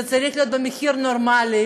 זה צריך להיות במחיר נורמלי.